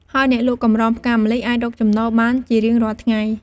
ហើយអ្នកលក់កម្រងផ្កាម្លិះអាចរកចំណូលបានជារៀងរាល់ថ្ងៃ។